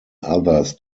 others